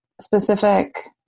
specific